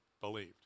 believed